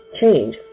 Change